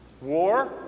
war